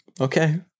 okay